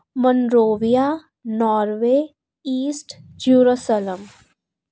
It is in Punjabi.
Monrovia Norway East Jerusalem